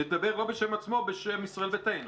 הוא מדבר לא בשם עצמו, בשם ישראל ביתנו.